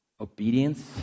obedience